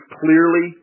clearly